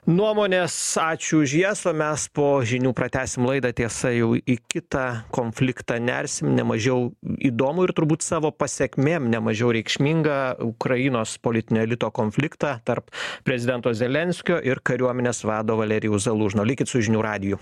nuomonės ačiū už jas o mes po žinių pratęsim laidą tiesa jau į kitą konfliktą nersim nemažiau įdomų ir turbūt savo pasekmėm nemažiau reikšmingą ukrainos politinio elito konfliktą tarp prezidento zelenskio ir kariuomenės vado valerijaus zalūžno likit su žinių radiju